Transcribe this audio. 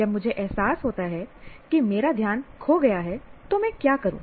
जब मुझे एहसास होता है कि मेरा ध्यान खो गया है तो मैं क्या करूँ